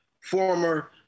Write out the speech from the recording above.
former